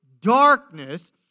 darkness